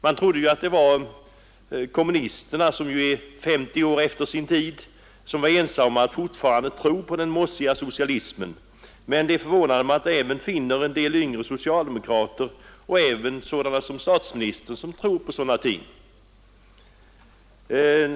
Man trodde väl att det var kommunisterna, som ju är 50 år efter sin tid, som var ensamma om att fortfarande tro på den mossiga socialismen, men det är förvånande att man finner att en del yngre socialdemokrater och även statsministern tror på sådana ting.